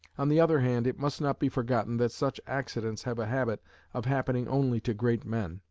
on the other hand it must not be forgotten that such accidents have a habit of happening only to great men,